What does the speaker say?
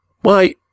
Why